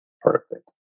Perfect